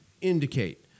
indicate